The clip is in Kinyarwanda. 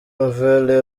nouvelle